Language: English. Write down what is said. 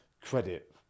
credit